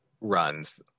runs